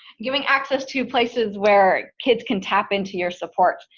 giving access to places where kids can tap into your supports.